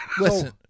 listen